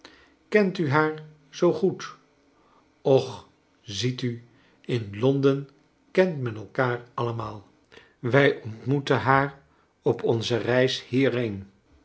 kent u haar zoo goed och ziet u in londen kent men elkaar allemaal wij ontmoetten haar op onze reis hierheen